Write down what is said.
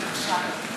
רשימת הדוברים בבקשה.